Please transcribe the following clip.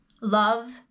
Love